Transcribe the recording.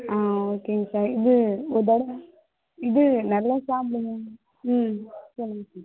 ஆ ஓகேங் சார் இது ஒரு தடவை இது நல்லா சாப்பிடுங்க ம் சரிங்க சார்